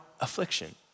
affliction